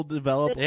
develop